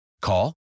Call